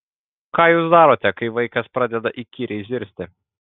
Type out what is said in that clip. ką jūs darote kai vaikas pradeda įkyriai zirzti